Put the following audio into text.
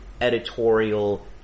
editorial